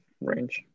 range